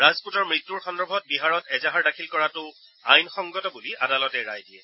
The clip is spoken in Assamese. ৰাজপুতৰ মৃত্যূৰ সন্দৰ্ভত বিহাৰত এজাহাৰ দাখিল কৰাটো আইনসংগত বুলি আদালতে ৰায় দিয়ে